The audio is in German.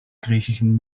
griechischen